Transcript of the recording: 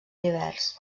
divers